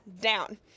down